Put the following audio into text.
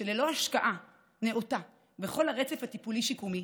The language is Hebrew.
ללא השקעה נאותה בכל הרצף הטיפולי שיקומי